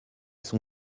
son